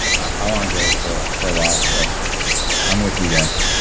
i want to go for for a while, so i'm with you guys